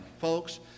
folks